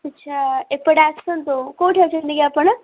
ଆଚ୍ଛା ଏପଟେ ଆସନ୍ତୁ କେଉଁଠି ଅଛନ୍ତି କି ଆପଣ